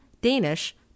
danish